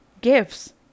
gifts